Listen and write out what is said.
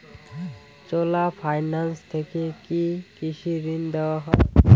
চোলা finance থেকে কি কৃষি ঋণ দেওয়া হয়?